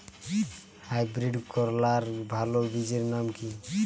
Hybrid করলার ভালো বীজের নাম কি?